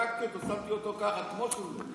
העתקתי אותו ושמתי אותו ככה כמו שהוא.